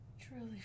truly